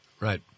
Right